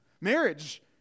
Marriage